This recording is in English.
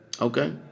Okay